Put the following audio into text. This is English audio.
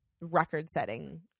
record-setting